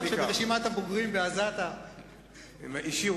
שברשימת הבוגרים בעזתה אתה מופיע.